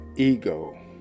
Ego